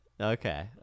okay